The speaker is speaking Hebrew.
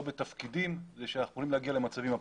בתפקידים אנחנו יכולים להגיע למצבים אבסורדיים.